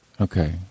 Okay